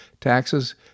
Taxes